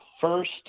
first